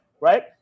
Right